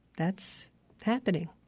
that's happening.